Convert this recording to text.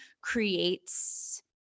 creates